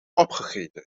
opgegeten